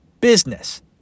business